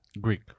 Greek